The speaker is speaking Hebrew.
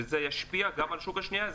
וזה ישפיע גם על שוק השנייה,